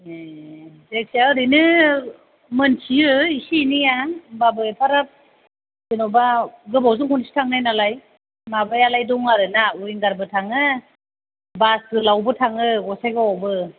ए जायखि जाया ओरैनो मिन्थियो एसे एनैआ होमब्लाबो एफाराब जेन'बा गोबावजो खनसे थांनाय नालाय माबायालाय दं आरो ना उइंगारफोर थाङो बास गोलावबो थाङो गसाइगावआवबो